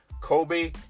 Kobe